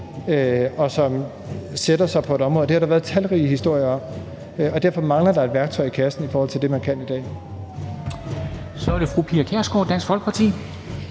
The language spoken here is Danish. og som sætter sig på et område. Og det har der været talrige historier om. Og derfor mangler der et værktøj i kassen i forhold til det, man kan i dag. Kl. 11:10 Formanden (Henrik